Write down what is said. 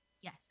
yes